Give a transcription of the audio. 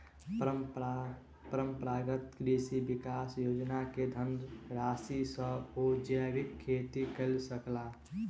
परंपरागत कृषि विकास योजना के धनराशि सॅ ओ जैविक खेती कय सकला